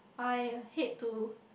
I hate to